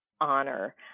honor